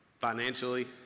Financially